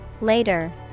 Later